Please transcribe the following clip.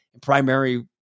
primary